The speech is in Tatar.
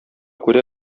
күрә